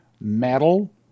metal